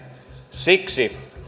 siksi